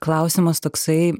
klausimas toksai